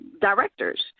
directors